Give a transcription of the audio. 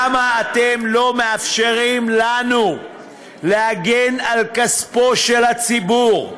למה אתם לא מאפשרים לנו להגן על כספו של הציבור?